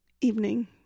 evening